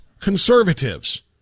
conservatives